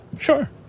Sure